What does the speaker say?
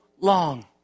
long